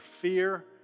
fear